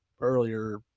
earlier